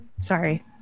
Sorry